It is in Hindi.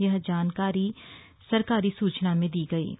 यह जानकारी सरकारी सूचना में दी गयी है